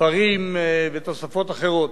דהיינו, ספרים ותוספות אחרות.